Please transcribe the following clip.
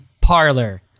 parlor